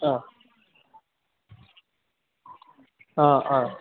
ആ ആ ആ